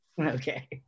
Okay